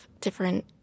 different